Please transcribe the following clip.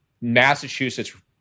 Massachusetts